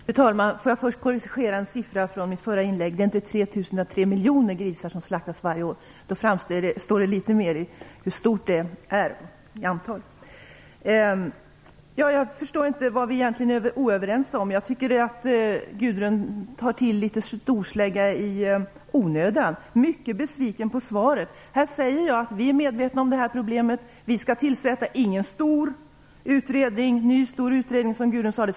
Fru talman! Jag förstår egentligen inte vad vi inte är överens om. Jag tycker att Gudrun Lindvall tar till storsläggan i onödan. Hon säger att hon är mycket besviken över svaret. I svaret säger jag att vi är medvetna om det här problemet. Vi skall inte tillsätta en ny stor utredning, som Gudrun Lindvall sade.